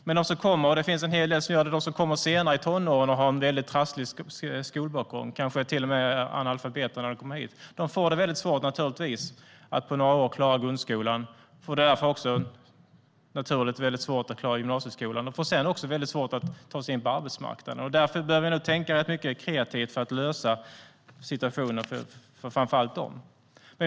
Men de som kommer i tonåren och har en trasslig skolbakgrund - de kanske till och med är analfabeter när de kommer hit - får ofta svårt att klara grundskola och gymnasieskola. De får sedan också svårt att ta sig in på arbetsmarknaden. Därför måste vi tänka kreativt för att lösa situationen för framför allt dessa.